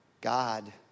God